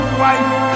white